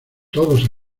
todos